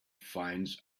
finds